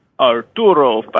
Arturo